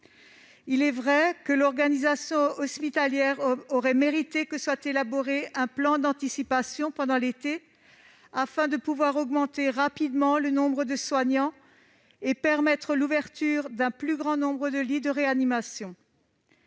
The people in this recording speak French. Il est vrai que l'organisation hospitalière aurait mérité qu'un plan d'anticipation soit élaboré pendant l'été afin de pouvoir augmenter rapidement le nombre de soignants et permettre l'ouverture d'un plus grand nombre de lits de réanimation.